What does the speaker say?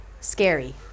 scary